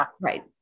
right